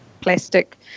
plastic